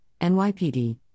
NYPD